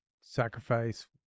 sacrifice